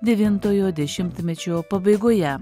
devintojo dešimtmečio pabaigoje